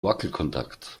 wackelkontakt